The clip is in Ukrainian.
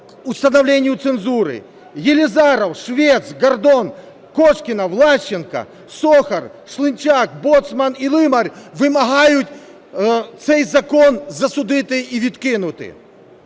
установлению цензуры". Єлизаров, Швець, Гордон, Кошкіна, Влащенко, Сохар, Шлінчак, Боцман і Лимар вимагають цей закон засудити і відкинути.